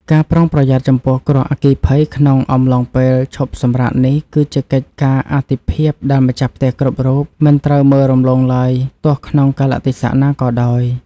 ការប្រុងប្រយ័ត្នចំពោះគ្រោះអគ្គិភ័យក្នុងអំឡុងពេលឈប់សម្រាកនេះ គឺជាកិច្ចការអាទិភាពដែលម្ចាស់ផ្ទះគ្រប់រូបមិនត្រូវមើលរំលងឡើយទោះក្នុងកាលៈទេសៈណាក៏ដោយ។